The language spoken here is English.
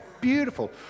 beautiful